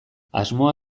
asmoa